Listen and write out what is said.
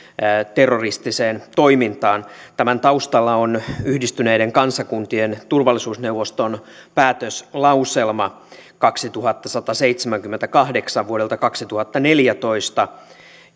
terroristiseen toimintaan tämän taustalla on yhdistyneiden kansakuntien turvallisuusneuvoston päätöslauselma kaksituhattasataseitsemänkymmentäkahdeksan vuodelta kaksituhattaneljätoista